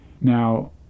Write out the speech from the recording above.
Now